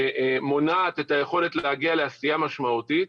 מונעת את היכולת להגיע לעשייה משמעותית,